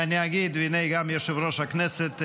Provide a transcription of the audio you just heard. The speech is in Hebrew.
ואני אגיד, והינה, גם יושב-ראש הכנסת עלה.